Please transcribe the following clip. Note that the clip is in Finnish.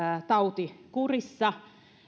tauti kurissa